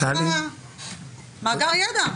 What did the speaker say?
יש לך מאגר ידע.